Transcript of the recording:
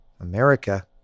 America